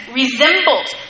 resembles